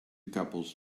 couples